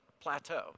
plateau